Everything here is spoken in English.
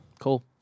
Cool